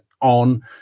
on